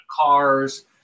cars